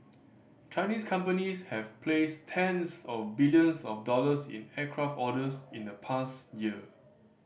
Chinese companies have placed tens of billions of dollars in aircraft orders in the past year